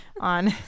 on